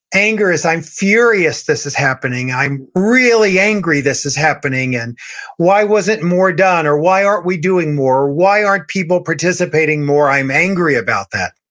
anger is, i'm furious this is happening. i'm really angry this is happening. and why wasn't more done, or why aren't we doing more? why aren't people participating more? i'm angry about that.